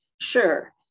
Sure